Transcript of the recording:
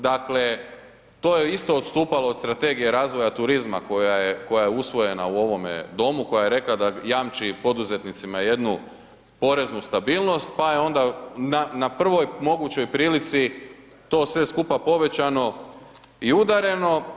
Dakle, to je isto odstupalo od strategije razvoja turizma koja je usvojena u ovome Domu, koja je rekla da jamči poduzetnicima jednu poreznu stabilnost, pa je onda na prvoj mogućoj prilici to sve skupa povećano i udareno.